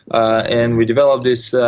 and we develop this